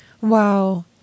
Wow